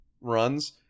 runs